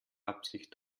absicht